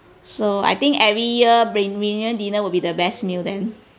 so I think every year brain reunion dinner will be the best meal then